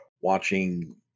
watching